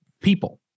people